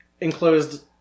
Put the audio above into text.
enclosed